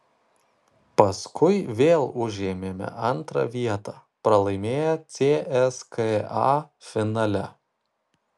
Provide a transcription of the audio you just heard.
paskui vėl užėmėme antrą vietą pralaimėję cska finale